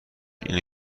اینه